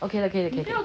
okay okay